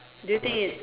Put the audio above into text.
do you think it